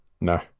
No